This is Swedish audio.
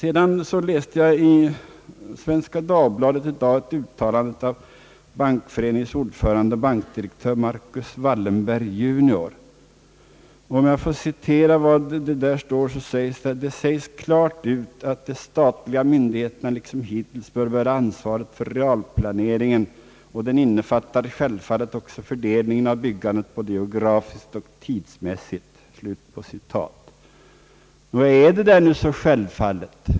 Jag läste i dag ett uttalande i Svenska Dagbladet av Bankföreningens ordförande, bankdirektör Marcus Wallenberg jr, som uttalar: »Det sägs klart ut, att de statliga myndigheterna liksom hittills bör bära ansvaret för realplaneringen, och den innefattar självfallet också fördelningen av byggandet både geografiskt och tidsmässigt.» Är det nu så självklart?